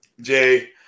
Jay